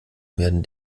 werden